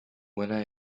when